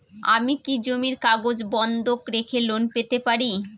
আমি কি জমির কাগজ বন্ধক রেখে লোন পেতে পারি?